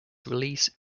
release